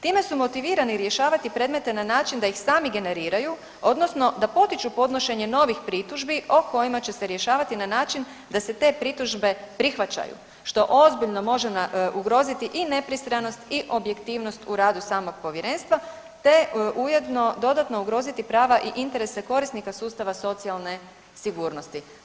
Time su motivirani rješavati predmete da na način da ih sami generiraju, odnosno da potiču podnošenje novih pritužbi o kojima će se rješavati na način da se te pritužbe prihvaćaju, što ozbiljno može ugroziti i nepristranost i objektivnost u radu samog Povjerenstva te ujedno dodatno ugroziti prava i interese korisnika sustava socijalne sigurnosti.